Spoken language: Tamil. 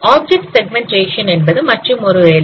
ஆப்ஜெக்ட் செக்மெண்டேஷன் என்பது மற்றுமொரு வேலை